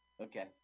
Okay